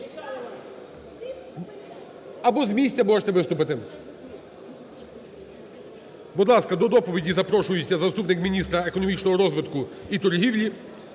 Або з місця можете виступити. Будь ласка, до доповіді запрошується заступник міністра економічного розвитку і торгівлі